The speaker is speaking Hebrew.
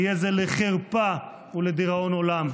יהיה זה לחרפה ולדיראון עולם.